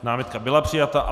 Námitka byla přijata.